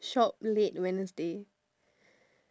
shop late wednesday